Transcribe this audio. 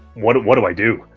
what do what do i do?